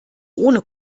ohne